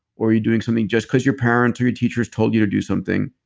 or you're doing something just because your parents or your teachers told you to do something,